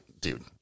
dude